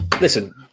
listen